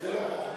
זאת לא חוכמה.